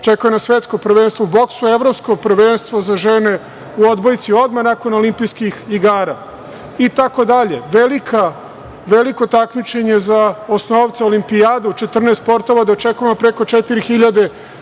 očekuje nas Svetsko prvenstvo u boksu, Evropsko prvenstvo za žene u obojci odmah nakon Olimpijskih igara itd. Veliko takmičenje za osnovce, Olimpijada u 14 sportova gde očekujemo preko 4.000